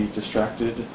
distracted